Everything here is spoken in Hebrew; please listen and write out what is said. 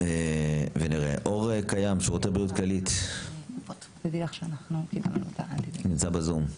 אור קיים, שירותי בריאות כללית, נמצא איתנו בזום.